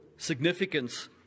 significance